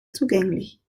zugänglich